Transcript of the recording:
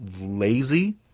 lazy